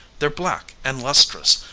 they're black and lustrous,